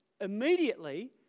Immediately